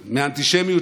מאנטישמיות,